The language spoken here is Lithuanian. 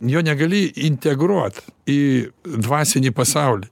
jo negali integruot į dvasinį pasaulį